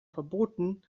verboten